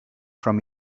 from